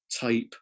type